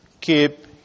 keep